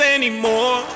anymore